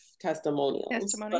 testimonials